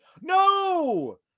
no